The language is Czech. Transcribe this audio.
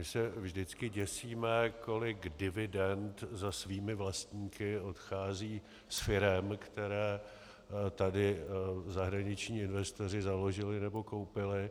My se vždycky děsíme, kolik dividend za svými vlastníky odchází z firem, které tady zahraniční investoři založili nebo koupili.